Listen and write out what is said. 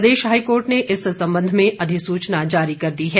प्रदेश high court ने इस संबंध में अधिसुचना जारी कर दी हैं